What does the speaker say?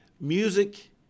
Music